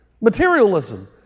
materialism